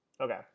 Okay